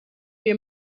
wir